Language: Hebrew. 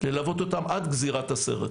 ללוות אותן עד גזירת הסרט.